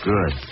Good